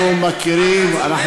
השר אזולאי,